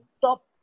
Top